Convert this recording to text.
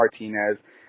Martinez